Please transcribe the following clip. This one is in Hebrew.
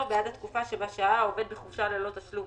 בעד התקופה שבה שהה העובד בחופשה ללא תשלום